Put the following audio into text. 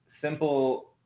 simple